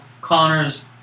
Connor's